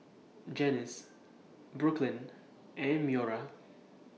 Janice Brooklyn and Moira